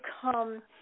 come